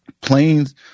planes